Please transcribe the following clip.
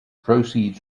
proceeds